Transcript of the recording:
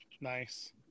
nice